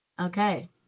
Okay